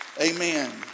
Amen